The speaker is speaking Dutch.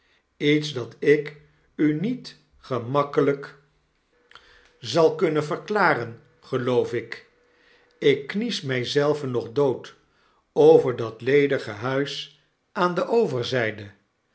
jets dat ik u niet gemakkelyk zal kunnen dickens juffrouw tarriper enz een huis te hitur verklaren geloof ik ik knies my zelve nog dood over dat ledige huis aan de overzyde